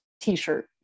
t-shirt